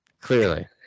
clearly